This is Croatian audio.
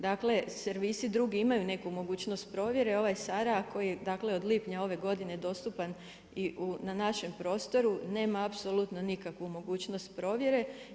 Dakle, servisi drugi imaju neku mogućnost promjeni, ovaj SARA koji je od lipnja ove godine, dostupan na našem prostoru, nema apsolutno nikakvu mogućnost provjere.